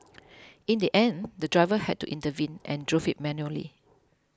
in the end the driver had to intervene and drove it manually